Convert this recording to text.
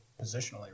positionally